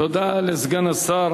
תודה לסגן השר